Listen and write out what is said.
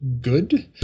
good